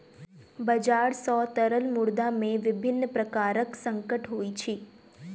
बजार सॅ तरल मुद्रा में विभिन्न प्रकारक संकट होइत अछि